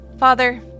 Father